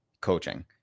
coaching